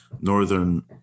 northern